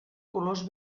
colors